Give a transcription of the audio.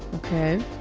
okay